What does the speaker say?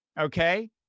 Okay